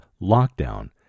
lockdown